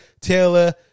Taylor